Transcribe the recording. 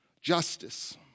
justice